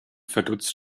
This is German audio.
verdutzt